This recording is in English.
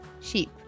sheep